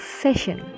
session